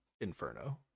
inferno